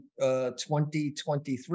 2023